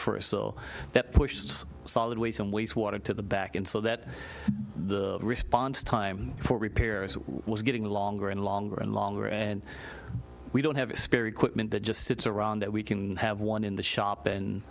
first so that pushes solid waste and waste water to the back and so that the response time for repairs it was getting longer and longer and longer and we don't have a spare equipment that just sits around that we can have one in the shop and